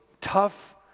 tough